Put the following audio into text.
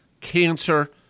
cancer